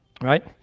right